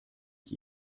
ich